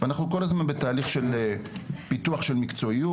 ואנחנו כל הזמן בתהליך של פיתוח של מקצועיות,